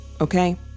okay